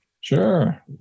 Sure